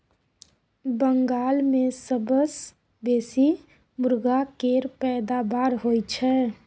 बंगाल मे सबसँ बेसी मुरगा केर पैदाबार होई छै